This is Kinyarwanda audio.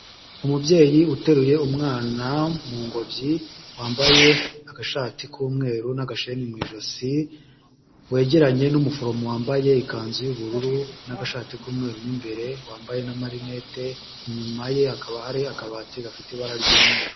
Umubyeyi uteruye umwana mu ngobyi, wambaye agashati k'umweru n'agashi mu ijosi, wegeranye n'umuforomo wambaye ikanzu y'ubururu n'agashati k'umweru mo imbere, wambaye n'amarinete, inyuma ye hakaba hari akabati gafite ibara ry'umweru.